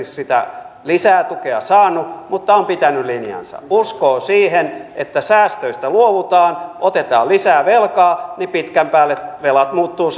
sitä lisätukea saanut mutta on pitänyt linjansa uskoo siihen että kun säästöistä luovutaan otetaan lisää velkaa niin pitkän päälle velat muuttuvat